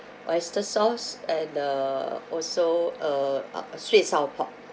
oyster sauce and uh also uh ah sweet and sour pork